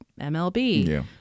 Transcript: MLB